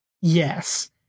Yes